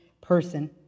person